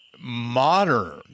modern